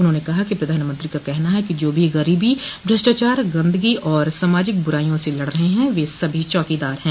उन्होंने कहा कि प्रधानमंत्री का कहना है कि जो भी गरीबी भ्रष्टाचार गंदगी और सामाजिक बुराइयों से लड़ रहे हैं वह सभी चौकीदार हैं